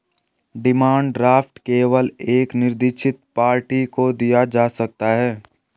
demand draft केवल एक निरदीक्षित पार्टी को दिया जा सकता है